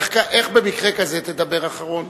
איך במקרה כזה תדבר אחרון,